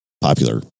popular